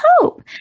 hope